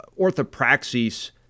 orthopraxis